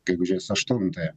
gegužės aštuntąją